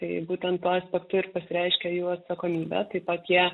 tai būtent tuo aspektu ir pasireiškia jų atsakomybės taip pat jie